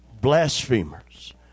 blasphemers